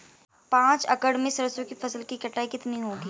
पांच एकड़ में सरसों की फसल की कटाई कितनी होगी?